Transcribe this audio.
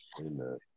Amen